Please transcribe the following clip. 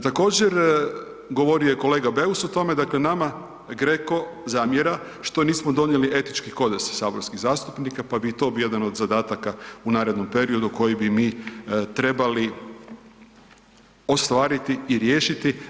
Također, govorio je kolega Beus o tome, nama GRECO zamjera što nismo donijeli etički kodeks saborskih zastupnika, pa bi i to bio jedan od zadataka u narednom periodu koji bi mi trebali ostvariti i riješiti.